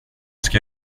ska